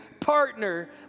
partner